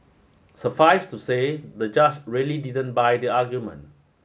suffice to say the judge really didn't buy the argument